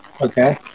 okay